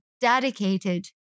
dedicated